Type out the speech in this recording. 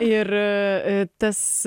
ir tas